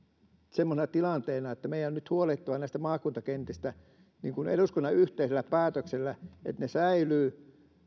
semmoisena tilanteena että meidän on nyt huolehdittava näistä maakuntakentistä eduskunnan yhteisellä päätöksellä niin että ne säilyvät